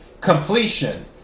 Completion